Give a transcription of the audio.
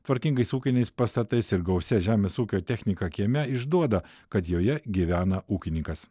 tvarkingais ūkiniais pastatais ir gausia žemės ūkio technika kieme išduoda kad joje gyvena ūkininkas